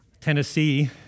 Tennessee